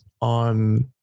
on